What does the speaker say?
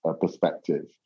perspective